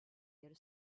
their